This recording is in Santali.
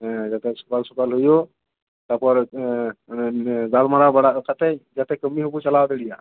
ᱦᱮᱸ ᱡᱟᱛᱮ ᱥᱚᱠᱟᱞ ᱥᱚᱠᱟᱞ ᱦᱩᱭᱩᱜ ᱛᱟᱨᱯᱚᱨᱮ ᱜᱟᱞᱢᱟᱨᱟᱣ ᱠᱟᱛᱮᱫ ᱡᱟᱛᱮ ᱠᱟᱹᱢᱤ ᱦᱚᱸᱵᱚᱱ ᱪᱟᱞᱟᱣ ᱫᱟᱲᱮᱭᱟᱜ